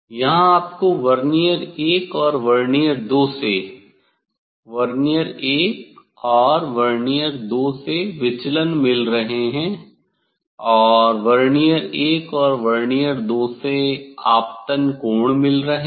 यहां आपको वर्नियर 1 और वर्नियर 2 से वर्नियर 1 और वर्नियर 2 विचलन मिल रहे हैं और वर्नियर 1 और वर्नियर 2 से आपतन कोण मिल रहे हैं